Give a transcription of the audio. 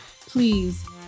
Please